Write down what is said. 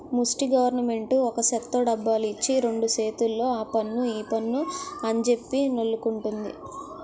ముస్టి గవరమెంటు ఒక సేత్తో డబ్బులిచ్చి రెండు సేతుల్తో ఆపన్ను ఈపన్ను అంజెప్పి నొల్లుకుంటంది